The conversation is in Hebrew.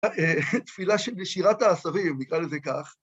‫תפילה לשירת העשבים, נקרא לזה כך.